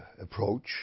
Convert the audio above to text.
approach